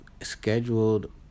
scheduled